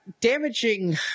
Damaging